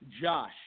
Josh